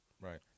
Right